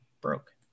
broke